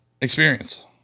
experience